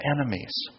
enemies